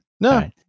No